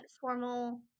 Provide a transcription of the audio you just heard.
formal